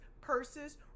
purses